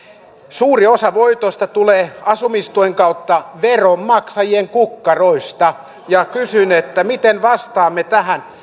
suuri osa voitoista tulee asumistuen kautta veronmaksajien kukkaroista kysyn miten vastaamme tähän